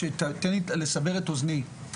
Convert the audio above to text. לסבר את אוזני,